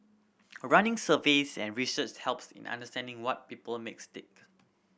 running surveys and research helps in understanding what people makes tick